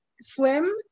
swim